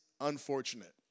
unfortunate